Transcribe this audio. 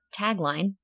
tagline